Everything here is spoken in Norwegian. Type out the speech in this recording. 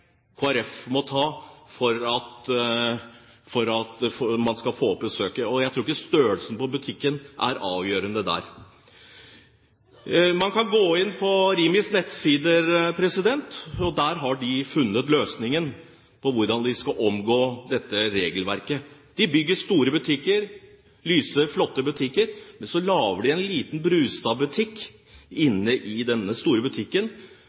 Folkeparti må ta for å få opp kirkebesøket. Jeg tror ikke størrelsen på butikken er avgjørende her. Man kan gå inn på Rimis nettsider, og der har de funnet løsningen på hvordan de skal omgå dette regelverket: De bygger store butikker, lyse, flotte butikker, men så lager de en liten Brustad-bu inne i denne store butikken.